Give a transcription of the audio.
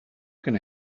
can